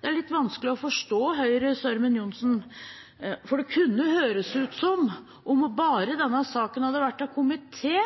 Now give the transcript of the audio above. Det er litt vanskelig å forstå Høyres Ørmen Johnsen, for det kunne høres ut som at om bare denne saken hadde vært til komité,